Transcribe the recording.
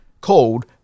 called